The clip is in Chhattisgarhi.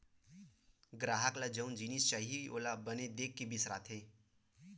गराहक ल जउन जिनिस चाही ओला बने देख के बिसाथे